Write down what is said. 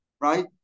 right